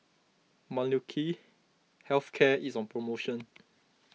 Molnylcke Health Care is on promotion